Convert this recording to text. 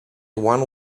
one